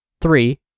three